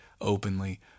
openly